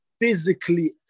physically